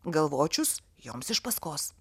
galvočius joms iš paskos